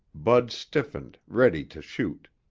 bud stiffened, ready to shoot.